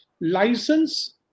license